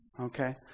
okay